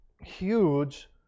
huge